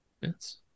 Yes